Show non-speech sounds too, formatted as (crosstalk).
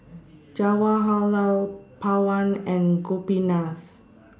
(noise) Jawaharlal Pawan and Gopinath